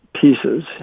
Pieces